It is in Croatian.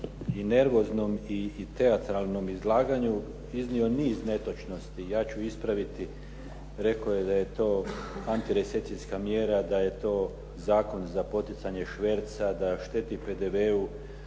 i nervoznom i teatralnom izlaganju iznio niz netočnosti. Ja ću ispraviti. Rekao je da je antirecesijska mjera, da je to zakon za poticanje šverca, da šteti PDV-u.